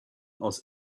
aus